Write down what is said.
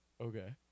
Okay